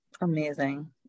amazing